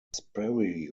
sperry